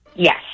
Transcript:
Yes